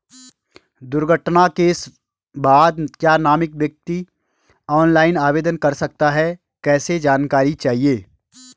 दुर्घटना के बाद क्या नामित व्यक्ति ऑनलाइन आवेदन कर सकता है कैसे जानकारी चाहिए?